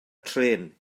trên